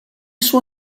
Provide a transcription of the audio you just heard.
suo